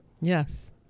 Yes